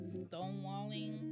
stonewalling